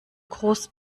groß